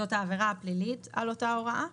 זאת העבירה הפלילית על אותה הוראה.